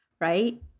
Right